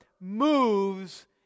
moves